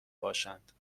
باشند